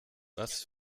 was